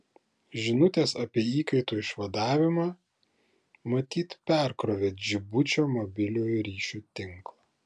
žinutės apie įkaitų išvadavimą matyt perkrovė džibučio mobiliojo ryšio tinklą